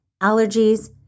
allergies